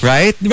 Right